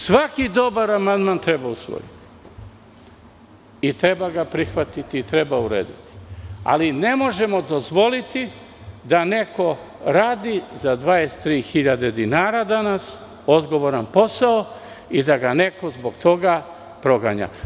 Svaki dobar amandman treba usvojiti, treba ga prihvatiti i treba urediti, ali ne možemo dozvoliti da neko danas radi za 23 hiljade dinara odgovoran posao i da ga neko zbog toga proganja.